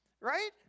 Right